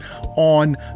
on